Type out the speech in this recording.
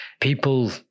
People